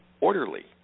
orderly